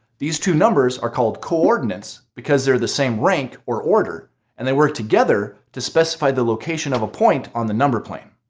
these two numbers are called coordinates because they're the same rank or order and they work together to specify the locations of a point on the number plane.